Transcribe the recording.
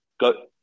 Go